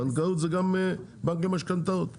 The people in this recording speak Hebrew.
בנקאות זה גם הבנק למשכנתאות,